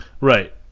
right